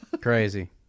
Crazy